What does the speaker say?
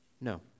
No